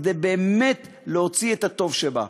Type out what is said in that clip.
כדי באמת להוציא את הטוב שבה.